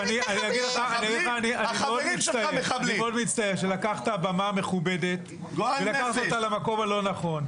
אני מאוד מצטער שלקחת במה מכובדת ולקחת אותה למקום לא נכון.